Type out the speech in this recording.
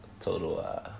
total